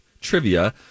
trivia